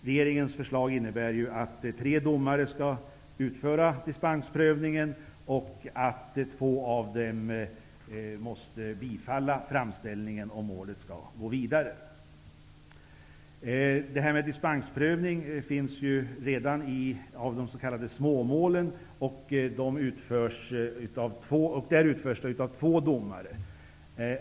Regeringens förslag innebär att tre domare skall utföra dispensprövningen och att två av dem måste bifalla framställningen för att målet skall kunna gå vidare. Dispensprövning förekommer redan i s.k. småmål, där den utförs av två domare.